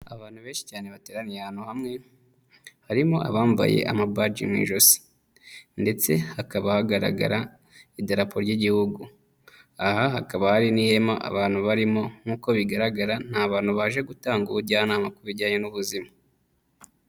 Abantu benshi cyane bateraniye ahantu hamwe harimo abambaye amabaji mu ijosi ndetse hakaba hagaragara idarapo ry'igihugu, aha hakaba hari n'ihema abantu barimo nk'uko bigaragara ni bantu baje gutanga ubujyanama ku bijyanye n'ubuzima.